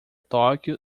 tóquio